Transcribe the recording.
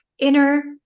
inner